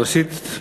ראשית,